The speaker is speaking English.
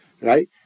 right